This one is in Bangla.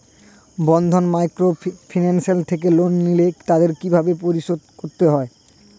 বন্ধন মাইক্রোফিন্যান্স থেকে লোন নিলে তাদের কিভাবে পরিশোধ করতে হয়?